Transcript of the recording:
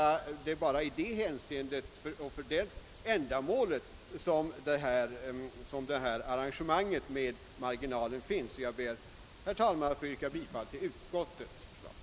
Det är också för det ändamålet som arrangemanget med denna marginal har tillkommit. Herr talman! Jag ber att få yrka bifall till utskottets hemställan.